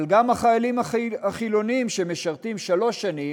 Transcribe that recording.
אבל גם החיילים החילונים שמשרתים שלוש שנים,